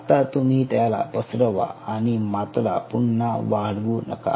आता तुम्ही त्याला पसरवा आणि मात्रा पुन्हा वाढवू नका